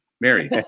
mary